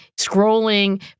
scrolling